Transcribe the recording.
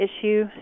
issue